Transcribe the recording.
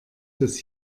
dass